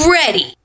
ready